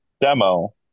demo